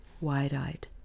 wide-eyed